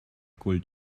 gold